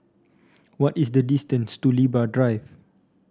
what is the distance to Libra Drive